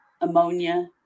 ammonia